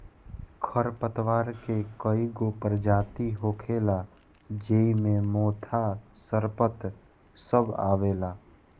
खर पतवार के कई गो परजाती होखेला ज़ेइ मे मोथा, सरपत सब आवेला